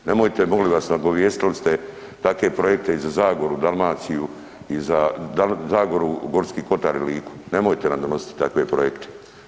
Nemojte molim vas, nagovijestili ste takve projekte i za Zagoru, Dalmaciju i za Zagoru, Gorski kotar i Liku, nemojte nam donositi takve projekte.